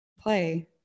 play